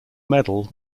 medal